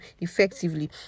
effectively